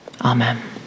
Amen